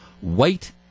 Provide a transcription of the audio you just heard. white